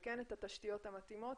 את התשתיות המתאימות,